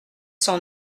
cent